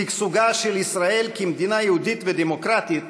שגשוגה של ישראל כמדינה יהודית ודמוקרטית